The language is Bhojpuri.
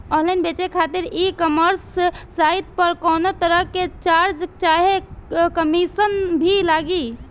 ऑनलाइन बेचे खातिर ई कॉमर्स साइट पर कौनोतरह के चार्ज चाहे कमीशन भी लागी?